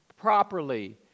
properly